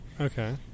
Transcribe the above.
Okay